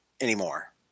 anymore